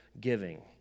giving